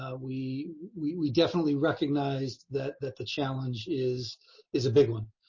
ah we we we definitely recognized that that the challenge is is a big one.